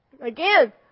Again